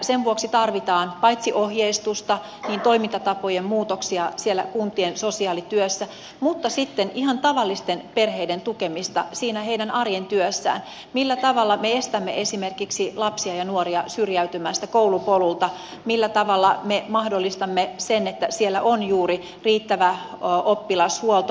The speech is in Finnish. sen vuoksi tarvitaan paitsi ohjeistusta myös toimintatapojen muutoksia siellä kuntien sosiaalityössä mutta sitten ihan tavallisten perheiden tukemista siinä heidän arjen työssään millä tavalla me estämme esimerkiksi lapsia ja nuoria syrjäytymästä koulupolulta millä tavalla me mahdollistamme sen että siellä on juuri riittävä oppilashuolto